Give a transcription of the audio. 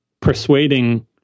persuading